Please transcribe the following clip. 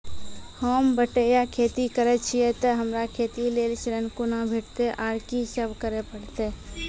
होम बटैया खेती करै छियै तऽ हमरा खेती लेल ऋण कुना भेंटते, आर कि सब करें परतै?